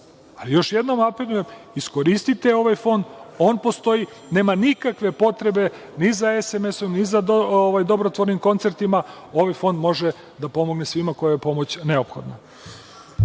još jednom apelujem, iskoristite ovaj fond, on postoji i nema nikakve potrebe ni za SMS-om, ni za dobrotvornim koncertima, ovaj fond može da pomogne svima kojima je pomoć neophodna.